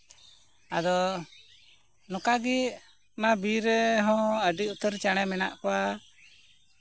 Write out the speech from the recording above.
ᱟᱫᱚ ᱱᱚᱝᱠᱟ ᱜᱮ ᱚᱱᱟ ᱵᱤᱨ ᱨᱮᱦᱚᱸ ᱟᱹᱰᱤ ᱩᱛᱟᱹᱨ ᱪᱮᱬᱮ ᱢᱮᱱᱟᱜ ᱠᱚᱣᱟ